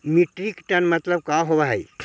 Metric ton मतलब का होव हइ?